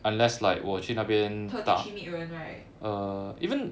特地去 meet 人 right